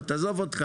תענה לי על השאלה.